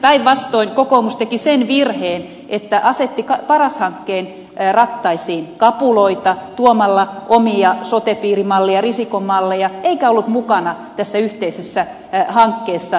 päinvastoin kokoomus teki sen virheen että asetti paras hankkeen rattaisiin kapuloita tuomalla omia sote piirimalleja risikon malleja eikä ollut mukana tässä yhteisessä hankkeessa